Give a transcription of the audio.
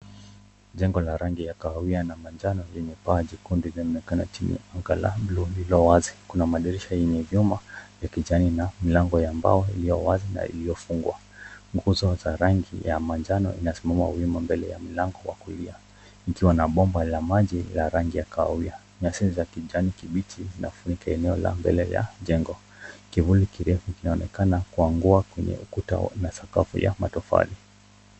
Jengo la rangi ya kahawia na manjano lenye paa jekundu linaonekana chini ya anga la buluu lililo wazi. Kuna madirisha yenye vyuma vya kijani na mlango wa mbao ulio wazi na uliofungwa. Nguzo za rangi ya manjano zinasimama wima mbele ya mlango wa kulia likiwa na bomba la maji la rangi ya kahawia. Nyasi ni za kijani kibichi zinafunika eneo la mbale la jengo. Kivuli kirefu kinaonekana kuangua kwenye ukuta na sakafu ya matofali.